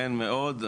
ייתכן מאוד,